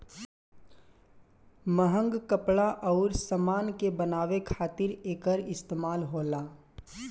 महंग कपड़ा अउर समान के बनावे खातिर एकर इस्तमाल होला